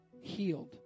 healed